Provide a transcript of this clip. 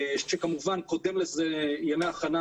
שכמובן קודם לזה ימי הכנה